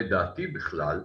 לדעתי בכלל,